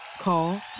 Call